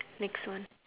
next one